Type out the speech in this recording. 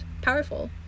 powerful